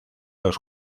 los